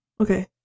Okay